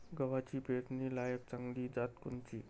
गव्हाची पेरनीलायक चांगली जात कोनची?